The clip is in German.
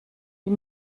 die